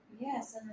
Yes